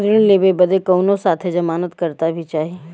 ऋण लेवे बदे कउनो साथे जमानत करता भी चहिए?